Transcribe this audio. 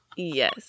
Yes